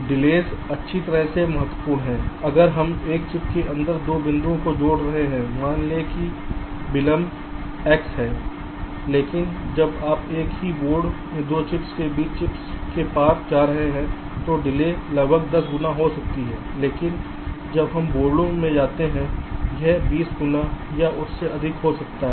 delays अच्छी तरह से महत्वपूर्ण है अगर हम एक चिप के अंदर 2 बिंदुओं को जोड़ रहे हैं मान लें कि विलंब डिले X है लेकिन जब आप एक ही बोर्ड में 2 चिप्स के बीच चिप्स के पार जा रहे हैं तो डिले लगभग 10 गुना हो सकती है लेकिन जब हम बोर्डों में जाते हैं यह 20 गुना या उससे अधिक हो सकता है